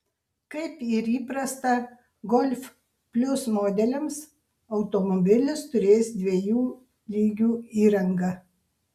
kaip ir įprasta golf plius modeliams automobilis turės dviejų lygių įrangą